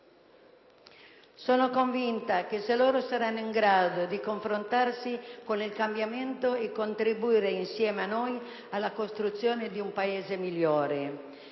Sono convinta che loro saranno in grado di confrontarsi con il cambiamento e contribuire, insieme a noi, alla costruzione di un Paese migliore.